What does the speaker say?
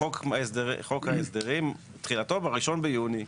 חוק ההדרים, תחילתו ב-01 ביוני.